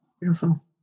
Beautiful